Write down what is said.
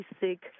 basic